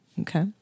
Okay